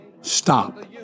stop